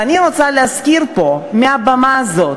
ואני רוצה להזכיר פה, מהבמה זאת,